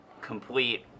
complete